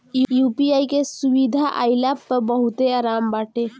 UPI के सुविधा आईला पअ बहुते आराम बाटे